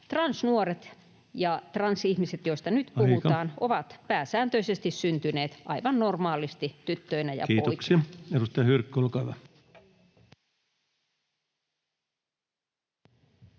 transnuoret ja transihmiset, joista nyt puhutaan, [Puhemies: Aika!] ovat pääsääntöisesti syntyneet aivan normaalisti tyttöinä ja poikina. Kiitoksia. — Edustaja Hyrkkö, olkaa hyvä.